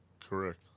Correct